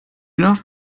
not